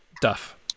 Duff